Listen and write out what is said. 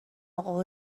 اقا